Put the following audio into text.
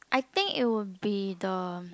I think it would be the